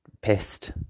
pissed